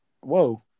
Whoa